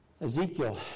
Ezekiel